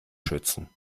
schützen